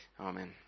amen